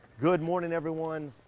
good morning everyone!